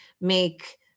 make